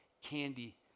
Candy